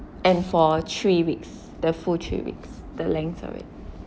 and for three weeks the full three weeks the length of it